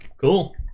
Cool